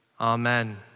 Amen